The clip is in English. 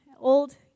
Old